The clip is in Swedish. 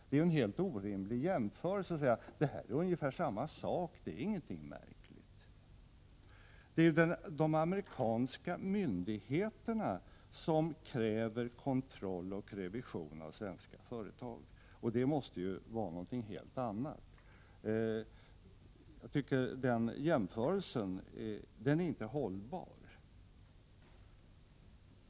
Det är en helt orimlig jämförelse att säga att detta är ungefär samma sak och ingenting märkligt. Att amerikanska myndigheter kräver kontroll och revision av svenska företag måste vara någonting helt annat. Jag tycker att den jämförelse som Mats Hellström gör inte är hållbar.